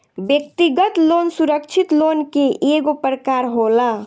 व्यक्तिगत लोन सुरक्षित लोन के एगो प्रकार होला